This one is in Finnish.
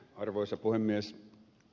arvoisa puhemies